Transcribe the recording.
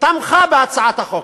תמכה בהצעת החוק.